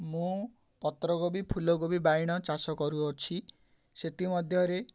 ମୁଁ ପତ୍ରକୋବି ଫୁଲକୋବି ବାଇଗଣ ଚାଷ କରୁଅଛି ସେଥିମଧ୍ୟରେ